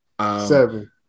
seven